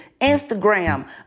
Instagram